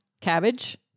cabbage